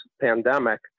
pandemic